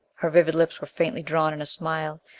her vivid lips were faintly drawn in a smile.